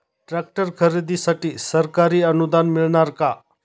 Tractor खरेदीसाठी सरकारी अनुदान मिळणार का?